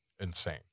insane